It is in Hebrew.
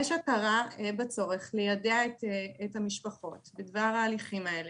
יש הכרה בצורך ליידע את המשפחות בדבר ההליכים האלה.